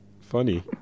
Funny